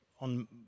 On